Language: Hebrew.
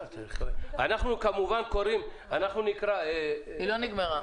היא לא נגמרה.